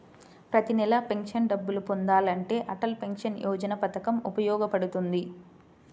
ప్రతి నెలా పెన్షన్ డబ్బులు పొందాలంటే అటల్ పెన్షన్ యోజన పథకం ఉపయోగపడుతుంది